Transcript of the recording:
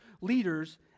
leaders